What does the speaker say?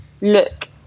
look